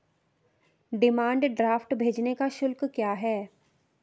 Demand draft भेजने का शुल्क क्या है?